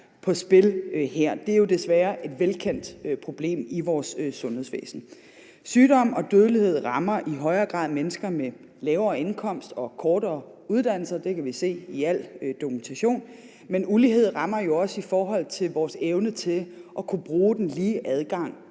på spil her, er desværre et velkendt problem i vores sundhedsvæsen. Sygdom og dødelighed rammer i højere grad mennesker med lavere indkomst og kortere uddannelser. Det kan vi se i al dokumentation. Men ulighed rammer jo også i forhold til vores evne til at kunne bruge den lige adgang